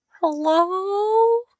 Hello